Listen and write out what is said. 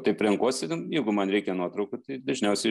taip renkuosi jeigu man reikia nuotraukų tai dažniausiai